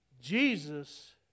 Jesus